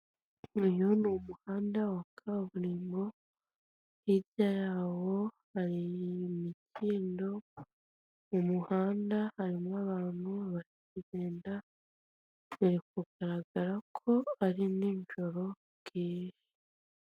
Uyu ni umuhanda wa kaburimbo hirya yawo hari imikindo, mu muhanda harimo abantu bari kugenda biri kugaragara ko ari ninjoro bwije.